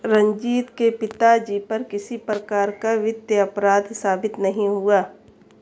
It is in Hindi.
रंजीत के पिताजी पर किसी भी प्रकार का वित्तीय अपराध साबित नहीं हुआ